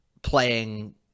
playing